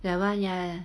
the one ya